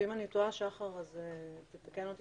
אם אני טועה, שחר, תקן אותי.